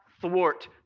thwart